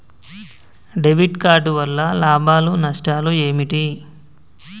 Debit card వల్ల లాభాలు నష్టాలు ఏమిటి?